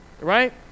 right